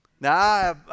Now